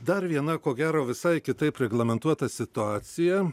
dar viena ko gero visai kitaip reglamentuota situacija